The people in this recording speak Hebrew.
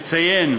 נציין